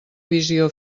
visió